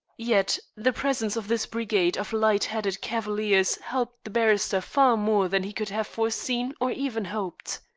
yet the presence of this brigade of light-headed cavaliers helped the barrister far more than he could have foreseen or even hoped.